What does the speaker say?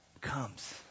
comes